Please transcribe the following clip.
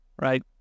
right